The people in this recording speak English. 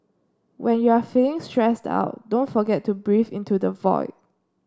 when you are feeling stressed out don't forget to breathe into the void